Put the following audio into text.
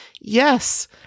Yes